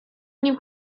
nim